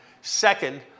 Second